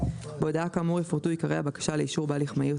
בהודעה כאמור יפורטו עיקרי הבקשה לאישור בהליך מהיר,